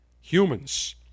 humans